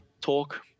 talk